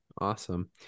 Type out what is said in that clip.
Awesome